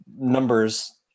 numbers